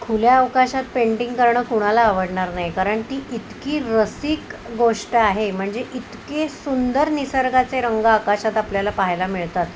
खुल्या अवकाशात पेंटिंग करणं कुणाला आवडणार नाही कारण ती इतकी रसीक गोष्ट आहे म्हणजे इतके सुंदर निसर्गाचे रंग आकाशात आपल्याला पाहायला मिळतात